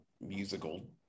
musical